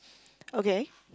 okay